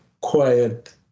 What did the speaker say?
quiet